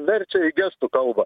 verčia į gestų kalbą